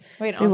Wait